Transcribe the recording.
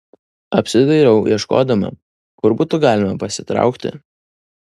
apsidairau ieškodama kur būtų galima pasitraukti